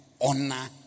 honor